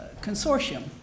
consortium